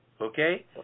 Okay